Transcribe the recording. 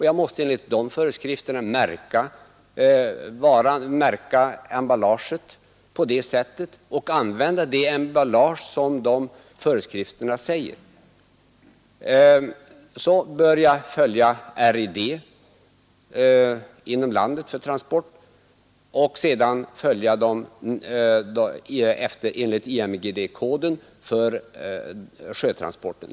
Jag måste då använda sådant emballage som anges i föreskrifterna och märka det på sätt som där stadgas. Så bör jag följa RID för transport inom landet och sedan IMDG-koden för sjötransporten.